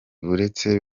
buretse